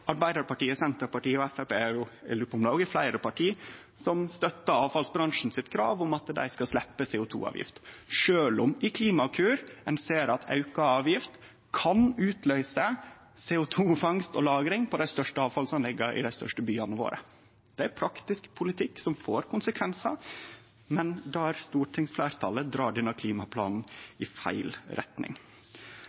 Arbeidarpartiet, Senterpartiet og Framstegspartiet – eg lurar på om det òg er fleire parti – støttar avfallsbransjen sitt krav om at dei skal sleppe CO 2 -avgift, sjølv om ein i Klimakur ser at auka avgift kan utløyse CO 2 -fangst og -lagring på dei største avfallsanlegga i dei største byane våre. Det er praktisk politikk som får konsekvensar, men der eit stortingsfleirtal dreg denne klimaplanen